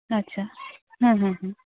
ᱟᱪᱪᱷᱟ ᱦᱮᱸ ᱦᱮᱸ ᱦᱮᱸ